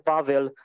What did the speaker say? Pavel